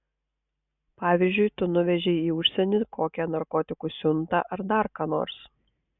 pavyzdžiui tu nuvežei į užsienį kokią narkotikų siuntą ar dar ką nors